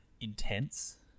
intense